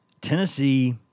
Tennessee